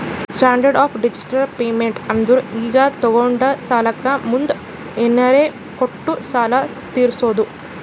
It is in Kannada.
ಸ್ಟ್ಯಾಂಡರ್ಡ್ ಆಫ್ ಡಿಫರ್ಡ್ ಪೇಮೆಂಟ್ ಅಂದುರ್ ಈಗ ತೊಗೊಂಡ ಸಾಲಕ್ಕ ಮುಂದ್ ಏನರೇ ಕೊಟ್ಟು ಸಾಲ ತೀರ್ಸೋದು